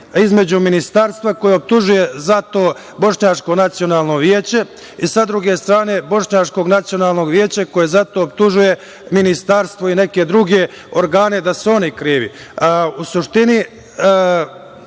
Između Ministarstva koje optužuje zato Bošnjačko nacionalno veće i sa druge strane Bošnjačko nacionalno veće koje optužuje Ministarstvo i neke druge organe da su oni krivi.U